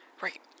Right